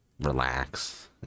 relax